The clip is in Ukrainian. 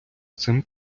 цим